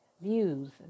Views